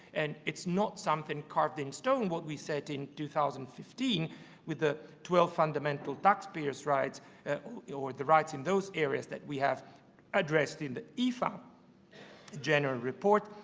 and it's not something carved in stone what we said in two thousand and fifteen with the twelve fundamental taxpayers' rights or the rights in those areas that we have addressed in the efin general report,